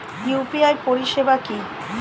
UPI পরিষেবা কি?